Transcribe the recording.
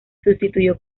sustituyó